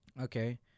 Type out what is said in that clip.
Okay